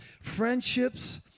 Friendships